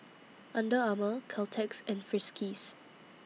Under Armour Caltex and Friskies